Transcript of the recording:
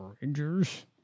Rangers